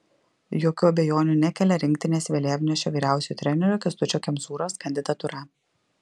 jokių abejonių nekelia rinktinės vėliavnešio vyriausiojo trenerio kęstučio kemzūros kandidatūra